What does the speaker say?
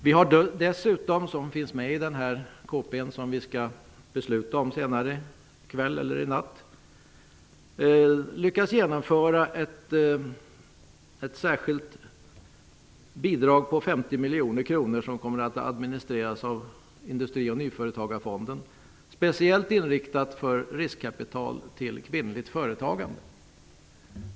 Vi har dessutom, vilket finns med i de förslag som vi skall besluta om senare i kväll eller i natt, lyckats få gehör för ett särskilt bidrag på 50 miljoner kronor, som kommer att administreras av Industrioch nyföretagarfonden och som speciellt är inriktat på riskkapital till kvinnligt företagande.